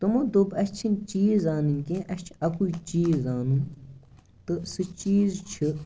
تِمو دوٚپ اسہِ چھِنہٕ چیٖز اَنٕنۍ کیٚنٛہہ اسہِ چھِ اَکُے چیٖز آنُن تہٕ سُہ چیٖز چھُ